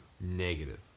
Negative